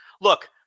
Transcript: Look